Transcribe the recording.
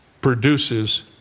produces